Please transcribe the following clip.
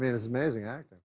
it's amazing. and